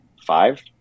five